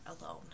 alone